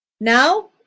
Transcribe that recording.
now